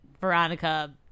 Veronica